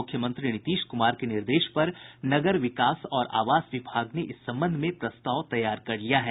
मुख्यमंत्री नीतीश कुमार के निर्देश पर नगर विकास और आवास विभाग ने इस संबंध में प्रस्ताव तैयार कर लिया है